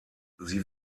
sie